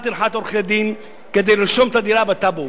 טרחת עורכי-דין כדי לרשום את הדירה בטאבו.